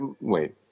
wait